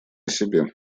себе